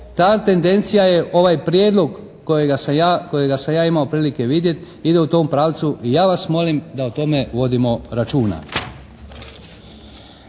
ta tendencija je ovaj prijedlog kojega sam ja imao prilike vidjeti. Ide u tom pravcu i ja vas molim da o tome vodimo računa.